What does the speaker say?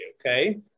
okay